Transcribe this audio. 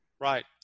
Right